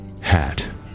hat